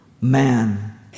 man